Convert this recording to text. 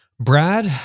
Brad